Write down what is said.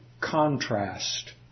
contrast